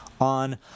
on